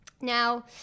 Now